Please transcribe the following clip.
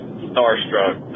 starstruck